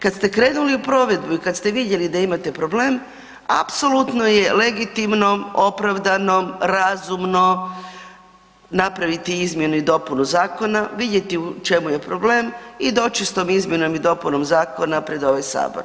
Kad ste krenuli u provedbi i kad ste vidjeli da imate problem, apsolutno je legitimno, razumno napraviti izmjenu i dopunu zakona, vidjeti u čemu je problem i doći s tom izmjenom i dopunom zakona pred ovaj Sabor.